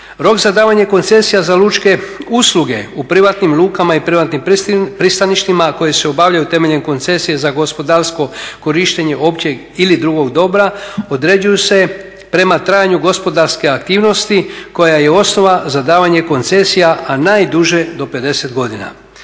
Rok za davanje koncesija za lučke usluge u privatnim lukama i privatnim pristaništima koji se obavljaju temeljem koncesije za gospodarsko korištenje općeg ili drugog dobra, određuju se prema trajanju gospodarske aktivnosti koja je osnova za davanje koncesija, a najduže do 50 godina.